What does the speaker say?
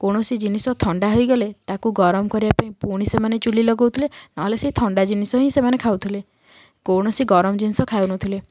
କୌଣସି ଜିନିଷ ଥଣ୍ଡା ହେଇଗଲେ ତାକୁ ଗରମ କରିବା ପାଇଁ ପୁଣି ସେମାନେ ଚୁଲି ଲଗାଉଥିଲେ ନହେଲେ ସେ ଥଣ୍ଡା ଜିନିଷ ହିଁ ସେମାନେ ଖାଉଥିଲେ କୌଣସି ଗରମ ଜିନିଷ ଖାଉ ନଥିଲେ